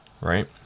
Right